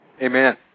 Amen